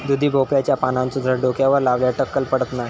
दुधी भोपळ्याच्या पानांचो रस डोक्यावर लावल्यार टक्कल पडत नाय